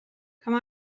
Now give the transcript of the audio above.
come